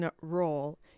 role